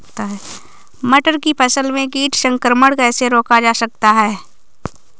मटर की फसल में कीट संक्रमण कैसे रोका जा सकता है?